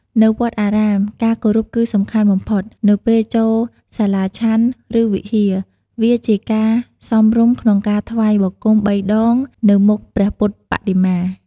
នៅវត្តអារាម ការគោរពគឺសំខាន់បំផុត នៅពេលចូលសាលាឆាន់ ឬ វិហារ វាជាការសមរម្យក្នុងការ ថ្វាយបង្គំ បីដងនៅមុខព្រះពុទ្ធបដិមា។